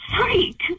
freak